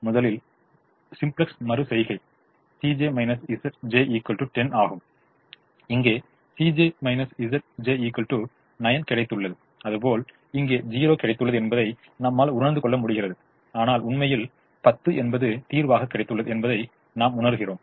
முதல் சிம்ப்ளக்ஸ் மறு செய்கை 10 ஆகும் இங்கே 9 கிடைத்துள்ளது அதுபோல் இங்கே ௦ கிடைத்துள்ளது என்பதை நம்மால் உணர்ந்து கொள்ள முடிகிறது ஆனால் உண்மையில் 10 என்பது தீர்வாக கிடைத்துள்ளது என்பதை நாம் உணர்கிறோம்